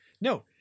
No